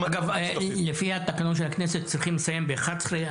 אגב, לפי התקנון של הכנסת צריכים לסיים ב-11:00.